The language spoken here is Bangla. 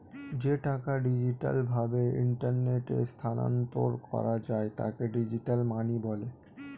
যে টাকা ডিজিটাল ভাবে ইন্টারনেটে স্থানান্তর করা যায় তাকে ডিজিটাল মানি বলে